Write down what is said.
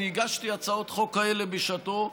הגשתי הצעות חוק כאלה בשעתו,